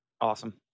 Awesome